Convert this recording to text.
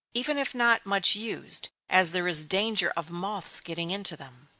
even if not much used, as there is danger of moths getting into them.